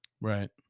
right